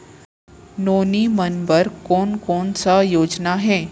नोनी मन बर कोन कोन स योजना हे?